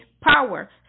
power